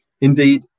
Indeed